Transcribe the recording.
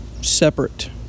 Separate